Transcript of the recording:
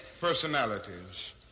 personalities